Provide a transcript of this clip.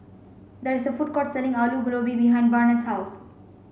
there is a food court selling Alu Gobi behind Barnett's house